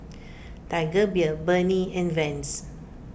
Tiger Beer Burnie and Vans